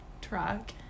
truck